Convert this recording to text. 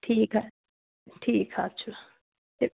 ٹھیٖک حظ ٹھیٖک حظ چھُ تہِ